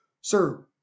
Sir